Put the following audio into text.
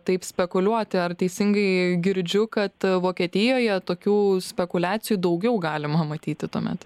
taip spekuliuoti ar teisingai girdžiu kad vokietijoje tokių spekuliacijų daugiau galima matyti tuomet